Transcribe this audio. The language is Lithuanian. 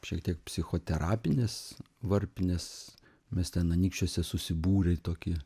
šiek tiek psichoterapinės varpinės mes ten anykščiuose susibūrę į tokį